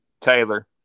Taylor